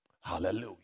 Hallelujah